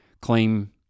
claim